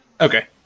Okay